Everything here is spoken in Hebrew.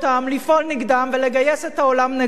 לפעול נגדם ולגייס את העולם נגדם,